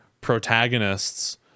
protagonists